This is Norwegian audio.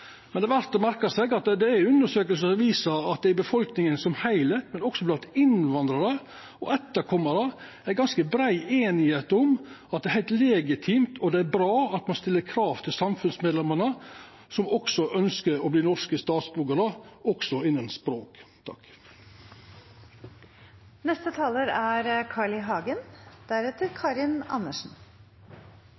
å merka seg at det er undersøkingar som viser at det i befolkninga i det heile, også blant innvandrarar og etterkomarane deira, er ganske brei einigheit om at det er heilt legitimt og bra at ein også innan språk stiller krav til samfunnsmedlemene som ønskjer å verta norske statsborgarar. I dag har jeg på en måte en god dag. Det er